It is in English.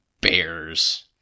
bears